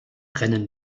brennen